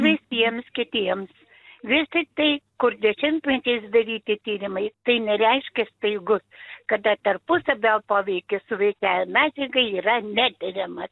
visiems kitiems vis tik tai kur dešimtmečiais daryti tyrimai tai nereiškia staigus kada tarpusavio poveikis su veikliąja medžiaga yra netiriamas